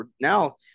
Now